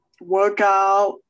workout